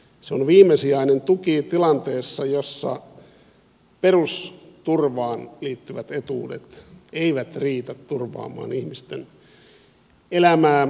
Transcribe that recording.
se on viimesijainen tuki tilanteessa jossa perusturvaan liittyvät etuudet eivät riitä turvaamaan ihmisten elämää